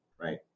right